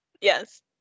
Yes